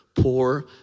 poor